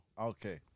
Okay